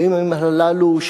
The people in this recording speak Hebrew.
בימים הללו,